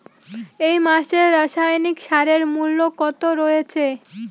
এই মাসে রাসায়নিক সারের মূল্য কত রয়েছে?